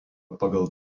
pagal